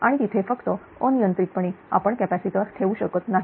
आणि तिथे फक्त अनियंत्रितपणे आपण कॅपॅसिटर ठेवू शकत नाही